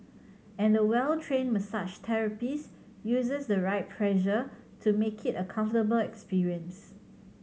and the well trained massage therapist uses the right pressure to make it a comfortable experience